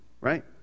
right